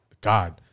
God